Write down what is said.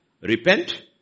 repent